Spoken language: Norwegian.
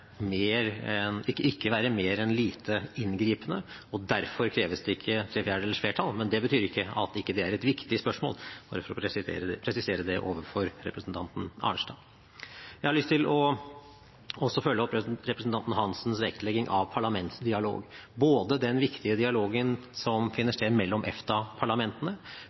mer enn lite inngripende, og derfor kreves det ikke tre fjerdedels flertall, men det betyr ikke at det ikke er et viktig spørsmål, bare for å presisere det overfor representanten Arnstad. Jeg har lyst til også å følge opp representanten Hansens vektlegging av parlamentsdialog og den viktige dialogen som finner sted mellom